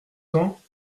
temps